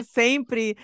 sempre